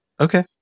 okay